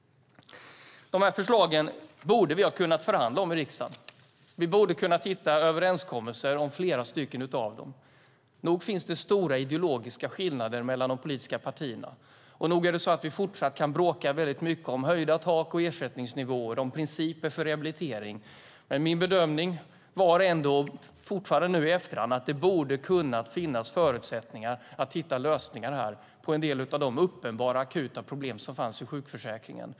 De här förslagen borde vi ha kunnat förhandla om i riksdagen. Vi borde ha kunnat hitta överenskommelser om flera stycken av dem. Nog finns det stora ideologiska skillnader mellan de politiska partierna och nog är det så att vi fortsatt kan bråka väldigt mycket om höjda tak och ersättningsnivåer, om principer för rehabilitering, men min bedömning är fortfarande i efterhand att det borde ha kunnat finnas förutsättningar att hitta lösningar på en del av de uppenbara akuta problem som fanns i sjukförsäkringen.